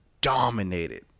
dominated